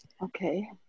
Okay